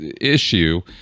issue